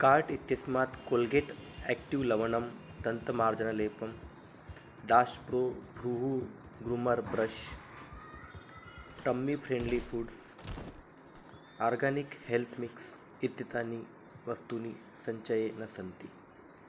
cart इत्यस्मात् Colgate active लवणं दन्तमार्जनलेपं डाश् प्रो भ्रूः groomer brush tummy friendly foods organic health mix इत्येतानि वस्तूनि सञ्चये न सन्ति